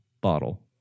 bottle